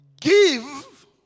give